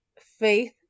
faith